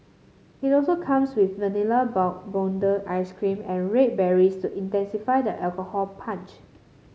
it also comes with Vanilla Bourbon ice cream and red berries to intensify the alcohol punch